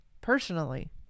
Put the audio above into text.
personally